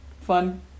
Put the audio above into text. fun